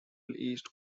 east